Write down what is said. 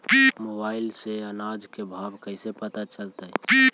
Mobile से अनाज के भाव कैसे पता चलतै?